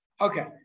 Okay